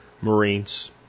Marines